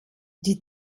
die